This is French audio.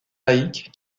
laïque